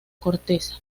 corteza